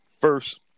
First